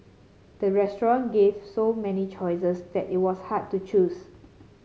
the restaurant gave so many choices that it was hard to choose